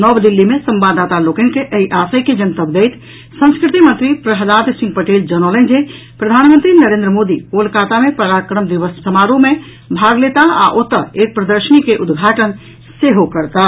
नव दिल्ली मे संवाददाता लोकनि के एहि आशय के जनतब दैत संस्कृति मंत्री प्रह्लाद सिंह पटेल जनौलनि जे प्रधानमंत्री नरेन्द्र मोदी कोलकाता मे पराक्रम दिवस समारोह मे भाग लेताह आ ओतऽ एक प्रदर्शनी के उद्घाटन सेहो करताह